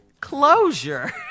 Closure